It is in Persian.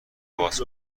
باز